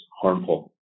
harmful